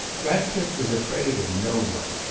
ratcliffe was afraid of no one.